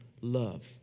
love